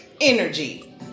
energy